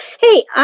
Hey